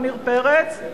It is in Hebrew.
עמיר פרץ,